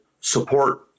support